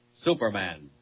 Superman